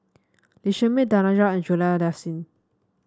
Lee Shermay Danaraj and Juliana Yasin